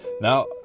Now